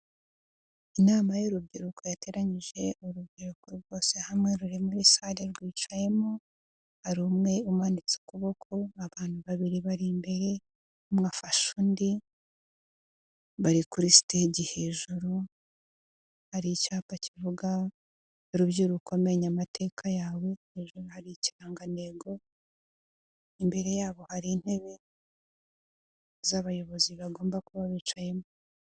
Inama y'urubyiruko yateranyije urubyiruko rwose hamwe ruri muri sare rwicayemo, hari umwe umanitse ukuboko, abantu babiri bari imbere, umwe afashe undi bari kuri sitegi hejuru, hari icyapa kivuga rubyiruko menya amateka yawe, hejuru hari ikirangantego, imbere yabo hari intebe z'abayobozi bagomba kuba bicayemo.